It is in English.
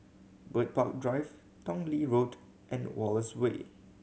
Bird Park Drive Tong Lee Road and Wallace Way